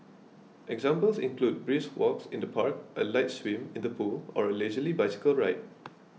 examples include brisk walks in the park a light swim in the pool or a leisurely bicycle ride